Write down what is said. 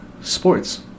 sports